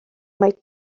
mai